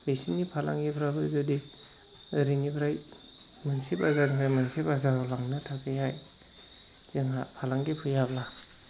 बेसोरनि फालांगिफ्राबो जुदि ओरैनिफ्राय मोनसे बाजारनिफ्राय मोनसे बाजाराव लांनो थाखैहाय जोंहा फालांगि फैयाब्ला